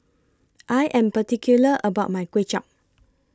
I Am particular about My Kuay Chap